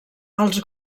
els